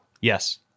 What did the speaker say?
Yes